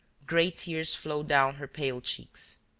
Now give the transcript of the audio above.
great tears flowed down her pale cheeks,